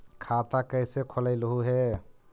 खाता कैसे खोलैलहू हे?